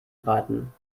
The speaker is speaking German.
braten